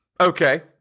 Okay